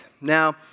Now